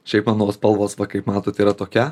šiaip mano spalvos va kaip matot yra tokia